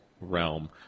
realm